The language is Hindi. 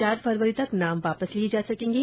चार फरवरी तक नाम वापस लिए जा सकेंगे